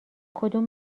کدوم